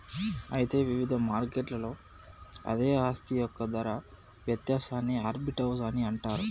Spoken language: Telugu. అయితే వివిధ మార్కెట్లలో అదే ఆస్తి యొక్క ధర వ్యత్యాసాన్ని ఆర్బిటౌజ్ అని అంటారు